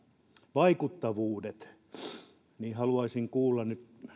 vaikuttavuuksista haluaisin kuulla nyt